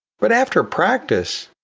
but after practice,